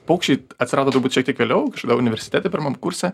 paukščiai atsirado turbūt šiek tiek vėliau kažkada universitete pirmam kurse